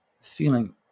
Feeling